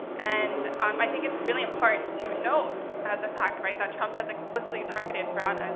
and um i think it's really important to note as a fact, right? that trump has explicitly targeted brown,